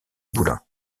boulins